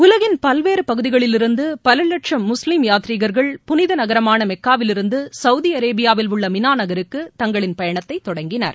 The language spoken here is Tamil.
உலகின் பல்வேறு பகுதிகளிலிருந்து பல லட்சும் முஸ்லீம் யாத்திரிகர்கள் புனித நகரமான மெக்காவிலிருந்து சவுதி அரேபியாவில் உள்ள மினா நகருக்கு தங்களின் பயணத்தை தொடங்கினர்